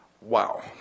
Wow